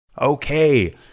Okay